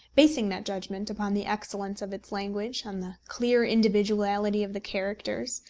basing that judgment upon the excellence of its language, on the clear individuality of the characters,